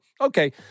okay